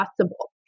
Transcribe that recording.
possible